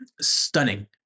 stunning